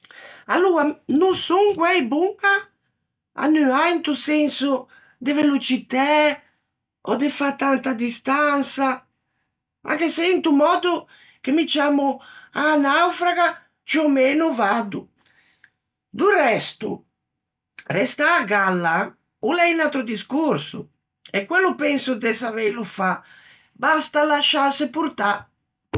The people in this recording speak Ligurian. Aloa, no sò guæi boña à nuâ into senso de velocitæ ò de fâ tanta distansa, anche se into mòddo che mi ciammo a-a naufraga ciù ò meno vaddo; do resto, restâ à galla o l'é un atro discorso, e quello penso de saveilo fâ, basta lasciâse portâ.